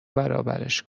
برابرش